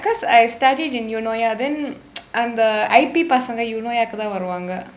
'cause I studied in eunoia then அந்த:andtha I_P பசங்க:pasangka eunoia-kku தான் வருவாங்க:thaan varuvaangka